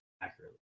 accurately